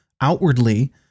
outwardly